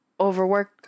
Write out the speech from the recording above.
overwork